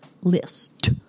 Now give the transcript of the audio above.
list